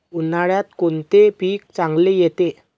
उन्हाळ्यात कोणते पीक चांगले येते?